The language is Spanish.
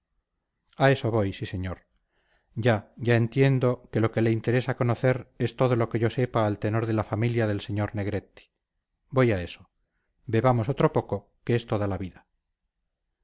a eso voy sí señor ya ya entiendo que lo que le interesa conocer es todo lo que yo sepa al tenor de la familia del sr negretti voy a eso bebamos otro poco que esto da la vida